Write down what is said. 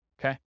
Okay